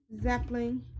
zeppelin